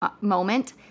Moment